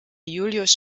julius